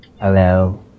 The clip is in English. Hello